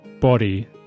body